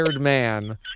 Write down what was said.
man